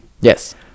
Yes